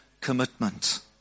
commitment